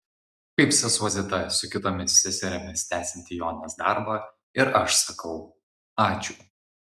kaip sesuo zita su kitomis seserimis tęsianti jonės darbą ir aš sakau ačiū